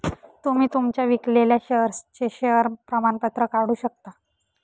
तुम्ही तुमच्या विकलेल्या शेअर्सचे शेअर प्रमाणपत्र काढू शकता